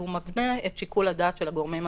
והוא מבנה את שיקול הדעת של הגורמים הזכאים,